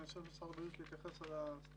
ונשאיר למשרד הבריאות להתייחס לסטטוס.